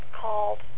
called